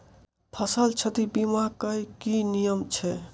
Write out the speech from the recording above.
फसल क्षति बीमा केँ की नियम छै?